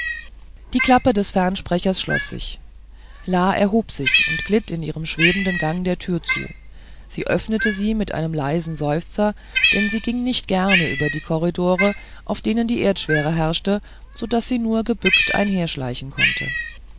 die klappe des fernsprechers schloß sich la erhob sich und glitt in ihrem schwebenden gang der tür zu sie öffnete sie mit einem leisen seufzer denn sie ging nicht gern über die korridore auf denen die erdschwere herrschte so daß sie nur gebückt einherschleichen konnte